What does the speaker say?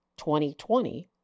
2020